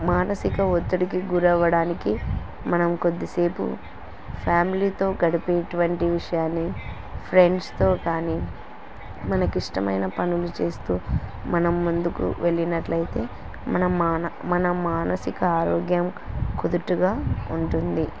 మానసిక ఒత్తిడికి గురి అవ్వడానికి మనం కొద్దిసేపు ఫ్యామిలీతో గడిపేటువంటి విషయాన్ని ఫ్రెండ్స్తో కానీ మనకి ఇష్టమైన పనులు చేస్తూ మనం ముందుకు వెళ్ళినట్లయితే మన మన మన మానసిక ఆరోగ్యం కుదురుగా ఉంటుంది